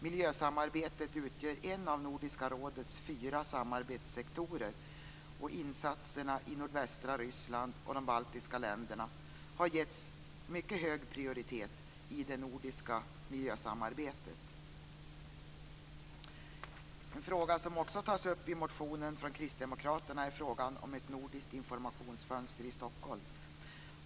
Miljösamarbetet utgör en av Nordiska rådets fyra samarbetssektorer, och insatserna i nordvästra Ryssland och de baltiska länderna har getts hög prioritet i det nordiska miljösamarbetet. En fråga som också tas upp i motionen från Kristdemokraterna är frågan om ett nordiskt informationsfönster i Stockholm.